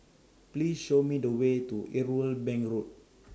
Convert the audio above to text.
Please Show Me The Way to Irwell Bank Road